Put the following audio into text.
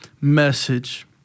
message